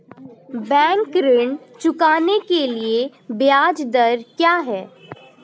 Bank ऋण चुकाने के लिए ब्याज दर क्या है?